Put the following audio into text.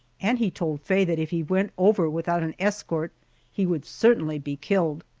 and he told faye that if he went over without an escort he would certainly be killed.